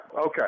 Okay